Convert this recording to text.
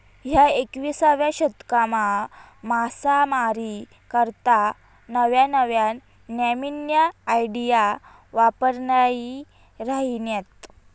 ह्या एकविसावा शतकमा मासामारी करता नव्या नव्या न्यामीन्या आयडिया वापरायी राहिन्यात